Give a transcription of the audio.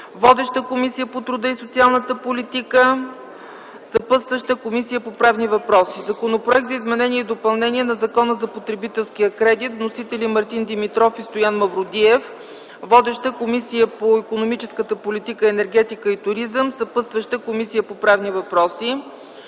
Водеща е Комисията по труда и социалната политика. Съпътстваща е Комисията по правни въпроси. Законопроект за изменение и допълнение на Закона за потребителския кредит. Вносители са Мартин Димитров и Стоян Мавродиев. Водеща е Комисията по икономическата политика, енергетика и туризъм. Съпътстваща е Комисията по правни въпроси.